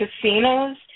casinos